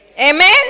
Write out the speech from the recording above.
Amen